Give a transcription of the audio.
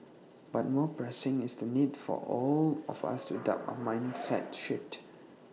but more pressing is the need for all of us to adopt A mindset shift